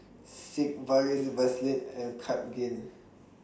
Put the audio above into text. Sigvaris Vaselin and Cartigain